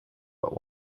but